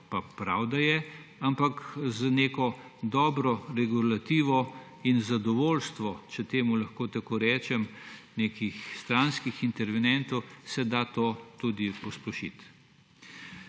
pa prav, da je, ampak z neko dobro regulativo in zadovoljstvo, če temu lahko tako rečem, nekih stranskih intervenientov se da to tudi pospešiti.